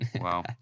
Wow